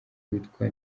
witwa